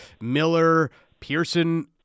Miller-Pearson